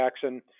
Jackson